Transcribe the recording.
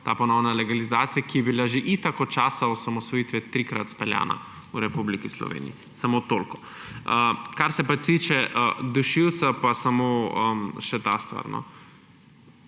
te ponovne legalizacije, ki je bila že itak od časa osamosvojitve trikrat speljana v Republiki Sloveniji. Samo toliko. Kar se pa tiče dušilca, pa samo še to.